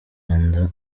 rwanda